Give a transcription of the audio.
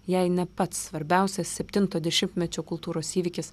jei ne pats svarbiausias septinto dešimtmečio kultūros įvykis